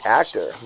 actor